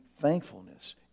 thankfulness